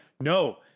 No